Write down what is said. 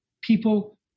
people